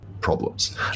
problems